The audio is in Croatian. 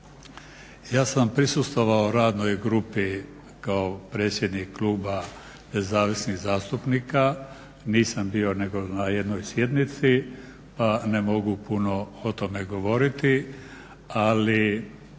Ja sam prisustvovao radnoj grupi kao predsjednik Kluba nezavisnih zastupnika, nisam bio nego na jednoj sjednici, ne mogu puno o tome govoriti, ali